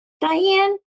Diane